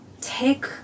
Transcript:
take